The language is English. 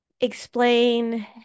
explain